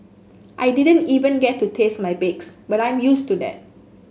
I didn't even get to taste my bakes but I'm used to that